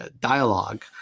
dialogue